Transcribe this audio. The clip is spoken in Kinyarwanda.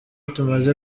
tumaze